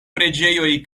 preĝejoj